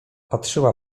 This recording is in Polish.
patrzyła